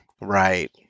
Right